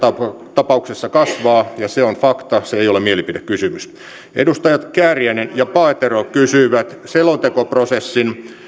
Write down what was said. tapauksessa kasvaa ja se on fakta se ei ole mielipidekysymys edustajat kääriäinen ja paatero kysyivät selontekoprosessin